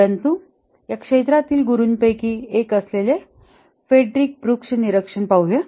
परंतु या क्षेत्रातील गुरुंपैकी एक असलेल्या फ्रेडरिक ब्रूक्सचे निरीक्षण पाहूया